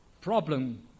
problem